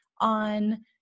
on